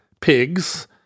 pigs